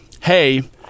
hey